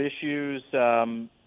issues